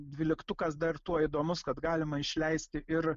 dvyliktukas dar tuo įdomus kad galima išleisti ir